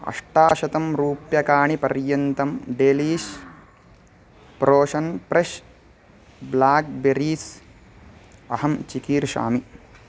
अष्टशतं रूप्यकाणि पर्यन्तं डेलीश् प्रोसन् प्रेश् ब्लाक्बेरीस् अहं चिक्रीषामि